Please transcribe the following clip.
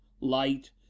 Light